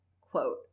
quote